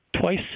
twice